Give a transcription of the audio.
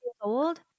Old